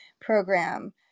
program